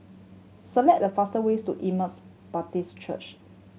select the fastest ways to Emmaus Baptist Church